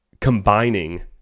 combining